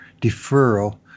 deferral